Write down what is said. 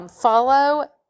Follow